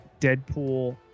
Deadpool